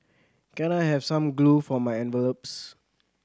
can I have some glue for my envelopes